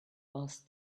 asked